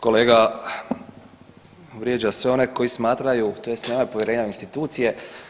Kolega vrijeđa sve one koji smatraju tj. nema povjerenja u institucije.